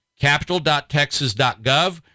Capital.Texas.gov